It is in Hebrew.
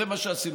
זה מה שעשינו.